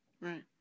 Right